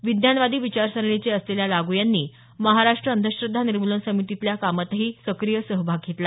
विज्ञानवादी विचारसरणीचे असलेल्या लागू यांनी महाराष्ट्र अंधश्रद्धा निर्मुलन समितीतच्या कामातही सक्रिय सहभाग घेतला